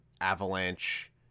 Avalanche